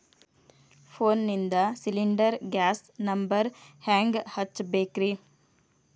ಫೋನಿಂದ cylinder gas number ಹೆಂಗ್ ಹಚ್ಚ ಬೇಕ್ರಿ?